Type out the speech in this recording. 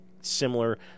similar